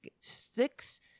sticks